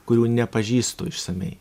kurių nepažįstu išsamiai